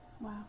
Wow